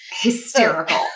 Hysterical